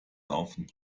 laufen